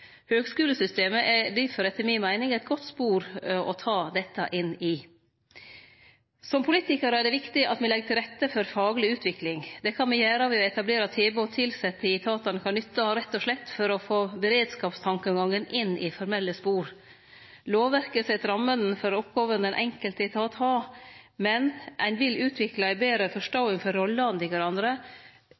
høgskulesystemet etter mi meining eit godt spor å ta dette inn i. Som politikarar er det viktig at me legg til rette for fagleg utvikling. Det kan me gjere ved å etablere tilbod tilsette i etatane kan nytte, rett og slett for å få beredskapstankegangen inn i formelle spor. Lovverket set rammene for oppgåvene den enkelte etat har, men ein vil utvikle ei betre forståing for rollene til kvarandre